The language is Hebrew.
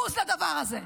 בוז לדבר הזה.